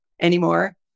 anymore